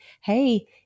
Hey